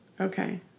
Okay